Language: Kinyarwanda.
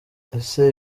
ese